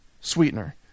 sweetener